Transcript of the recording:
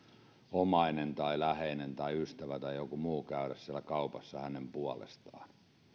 omainen tai läheinen tai ystävä tai joku muu käydä siellä kaupassa hänen puolestaan